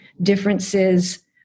differences